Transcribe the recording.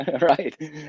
Right